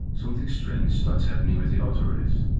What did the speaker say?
something strange starts happening with the autoreivs.